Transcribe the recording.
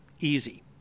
Easy